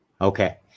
Okay